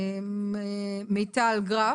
מיטל גרף,